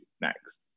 next